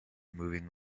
moving